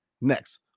next